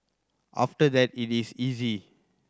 after that it is easy